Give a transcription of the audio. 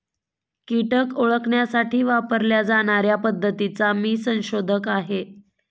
कीटक ओळखण्यासाठी वापरल्या जाणार्या पद्धतीचा मी संशोधक आहे